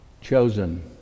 chosen